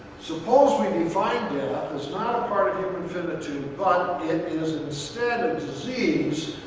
suppose we define death as not a part of human infinitude, but it is instead a disease,